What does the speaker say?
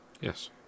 Yes